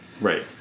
Right